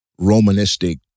Romanistic